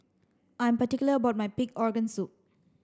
I'm particular about my pig organ soup